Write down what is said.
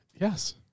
Yes